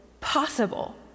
possible